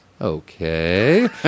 okay